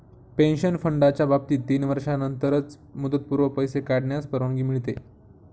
pension फंडाच्या बाबतीत तीन वर्षांनंतरच मुदतपूर्व पैसे काढण्यास परवानगी मिळते